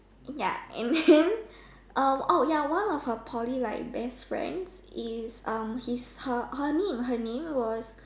ya and then uh oh ya one of her Poly like best friends is um his her her name her name was